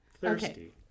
Thirsty